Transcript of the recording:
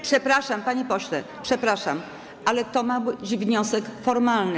Przepraszam, panie pośle, przepraszam, ale to miał być wniosek formalny.